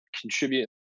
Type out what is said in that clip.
contribute